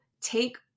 take